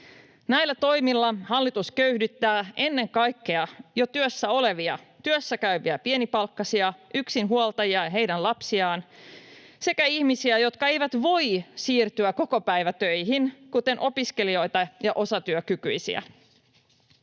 Näillä toimilla hallitus köyhdyttää ennen kaikkea jo työssäkäyviä pienipalkkaisia, yksinhuoltajia ja heidän lapsiaan sekä ihmisiä, jotka eivät voi siirtyä kokopäivätöihin, kuten opiskelijoita ja osatyökykyisiä.